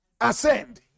ascend